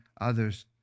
others